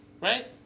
right